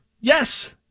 yes